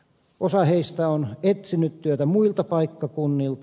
osa heistä on etsinyt työtä muilta paikkakunnilta